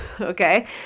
okay